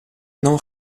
non